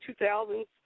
2000s